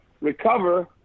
recover